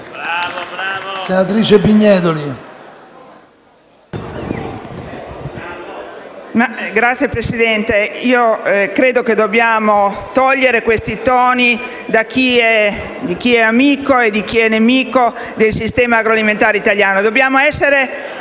Signor Presidente, credo che dobbiamo eliminare questi toni di chi è amico e chi è nemico del sistema agroalimentare italiano